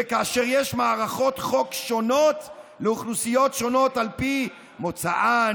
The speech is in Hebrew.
זה כאשר יש מערכות חוק שונות לאוכלוסיות שונות על פי מוצאן,